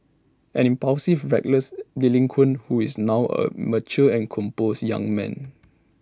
an impulsive reckless delinquent who is now A mature and composed young man